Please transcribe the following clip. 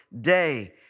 day